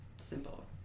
Simple